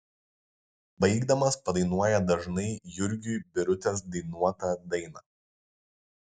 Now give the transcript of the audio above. baigdamas padainuoja dažnai jurgiui birutės dainuotą dainą